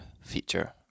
feature